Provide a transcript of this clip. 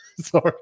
sorry